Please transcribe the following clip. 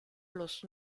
los